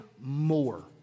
more